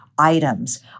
items